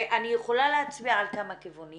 ואני יכולה להצביע על כמה כיוונים